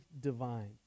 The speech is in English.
divine